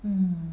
mm